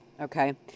Okay